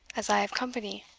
as i have company.